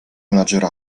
menadżera